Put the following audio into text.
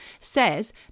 says